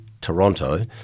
Toronto